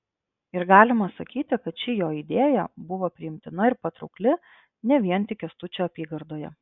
ir galima sakyti kad ši jo idėja buvo priimtina ir patraukli ne vien tik kęstučio apygardoje